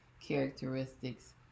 characteristics